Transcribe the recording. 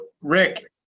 Rick